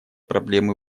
проблемы